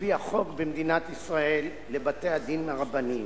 על-פי החוק במדינת ישראל לבתי-הדין הרבניים.